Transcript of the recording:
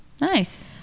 Nice